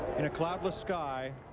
in a cloudless sky,